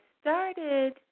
started